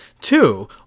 Two